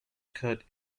cut